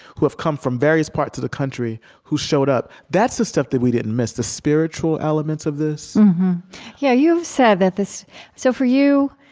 who have come from various parts of the country, who showed up. that's the stuff that we didn't miss, the spiritual elements of this yeah you've said that the so, for you,